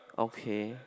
okay